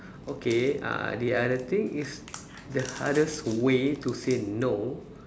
okay uh the other thing is the hardest way to say no